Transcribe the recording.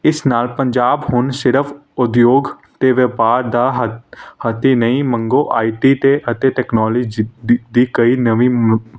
ਇਸ ਨਾਲ ਪੰਜਾਬ ਹੁਣ ਸਿਰਫ ਉਦਯੋਗ ਅਤੇ ਵਪਾਰ ਦਾ ਹ ਹਤੀ ਨਹੀਂ ਮੰਗੋ ਆਈ ਟੀ ਤੇ ਅਤੇ ਟੈਕਨੋਲੋਜੀ ਦ ਦੀ ਕਈ ਨਵੀਂ ਮ